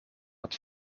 het